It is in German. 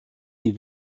die